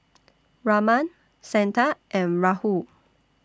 Raman Santha and Rahul